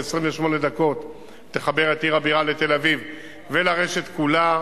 ב-28 דקות תחבר את עיר הבירה לתל-אביב ולרשת כולה,